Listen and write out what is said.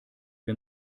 wir